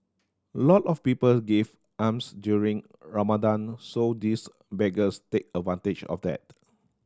lot of people give alms during Ramadan so these beggars take advantage of that